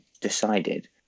decided